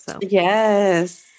Yes